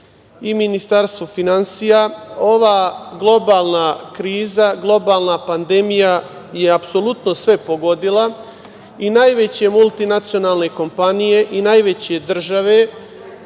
i Ministarstvu finansija. Ova globalna kriza, globalna pandemija je apsolutno sve pogodila i najveće multinacionalne kompanije i najveće države